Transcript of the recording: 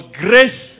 grace